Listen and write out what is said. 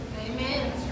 Amen